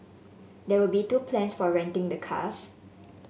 there will be two plans for renting the cars